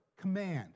command